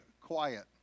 quiet